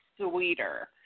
sweeter